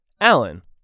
Alan